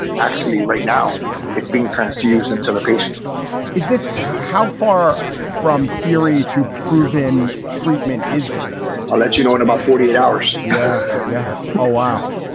actually, right now it's being transfused into the patient is this how far from theory to proven treatment is this? i'll let you know in about forty eight hours yes. yeah yeah oh, wow.